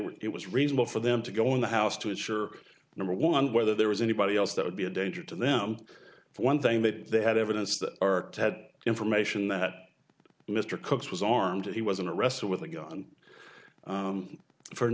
were it was reasonable for them to go in the house to ensure number one whether there was anybody else that would be a danger to them one thing that they had evidence that had information that mr cooke's was armed he wasn't arrested with a gun